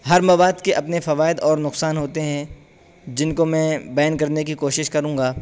ہر مواد کے اپنے فوائد اور نقصان ہوتے ہیں جن کو میں بین کرنے کی کوشش کروں گا